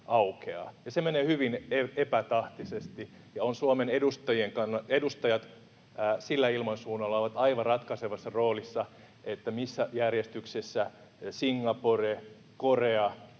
se menee hyvin epätahtisesti. Suomen edustajat sillä ilmansuunnalla ovat aivan ratkaisevassa roolissa siinä, missä järjestyksessä Singapore, Korea,